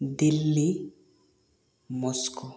Delhi Moscow